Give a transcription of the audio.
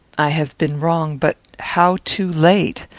i have been wrong but how too late?